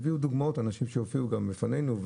הביאו דוגמאות אנשים שהופיעו גם בפנינו.